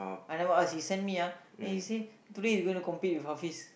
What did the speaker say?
I never ask he send me ah then he say today he gonna compete with Hafiz